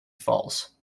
falls